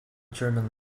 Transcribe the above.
german